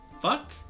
Fuck